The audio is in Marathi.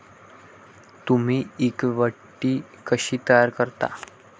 तुम्ही इक्विटी कशी तयार करता?